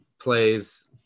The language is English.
plays